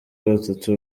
batatu